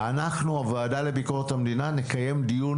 ואנחנו הוועדה לביקורת המדינה נקיים דיון